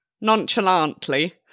Nonchalantly